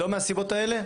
לא מהסיבות האלה?